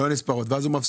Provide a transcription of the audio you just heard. לא נספרות, ואז הוא מפסיד,